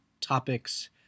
topics